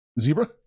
Zebra